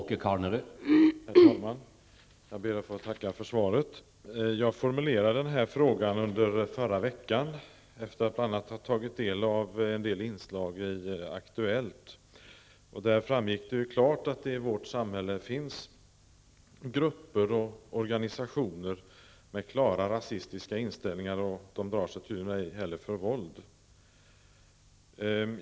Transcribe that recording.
Herr talman! Jag ber att få tacka för svaret. Jag formulerade den här frågan i förra veckan efter att ha tagit del av en del inslag i Aktuellt. Där framgick det klart att det i vårt samhälle finns grupper och organisationer med klara rasistiska inställningar. Dessa grupper drar sig tydligen inte heller för våld.